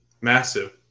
Massive